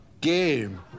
game